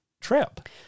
trip